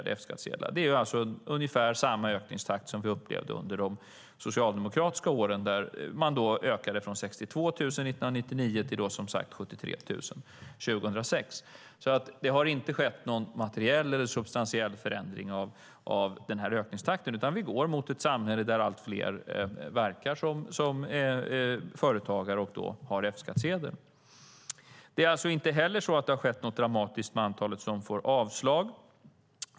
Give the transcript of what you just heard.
Det är alltså ungefär samma ökningstakt som under de socialdemokratiska åren, då det ökade från 62 000 år 1999 till 73 000 år 2006. Det har inte skett någon materiell eller substantiell förändring av ökningstakten. Vi går mot ett samhälle där allt fler verkar som företagare med F-skattsedel. Det har inte heller skett något dramatiskt med antalet personer som får avslag.